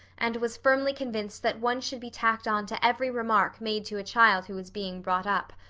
and was firmly convinced that one should be tacked on to every remark made to a child who was being brought up.